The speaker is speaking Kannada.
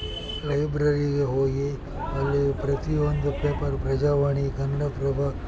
ಲೈಬ್ರರಿಗೆ ಹೋಗಿ ಅಲ್ಲಿ ಪ್ರತಿಯೊಂದು ಪೇಪರ್ ಪ್ರಜಾವಾಣಿ ಕನ್ನಡಪ್ರಭ